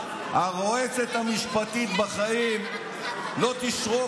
הרועצת המשפטית בחיים לא תשרוק.